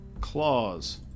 Claws